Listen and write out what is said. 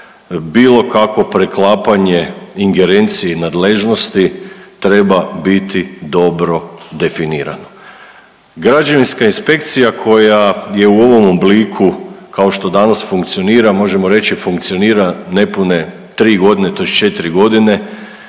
bilo kakvo preklapanje ingerencije nadležnosti treba biti dobro definirano. Građevinska inspekcija koja je u ovom obliku kao što danas funkcionira, možemo reći funkcionira nepune tri godine tj. četri godine